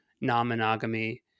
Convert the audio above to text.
non-monogamy